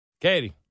Katie